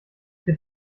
für